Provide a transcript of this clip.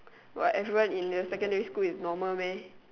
what everyone in your secondary school is normal meh